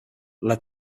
led